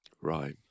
Right